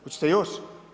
Hoćete još?